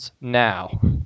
now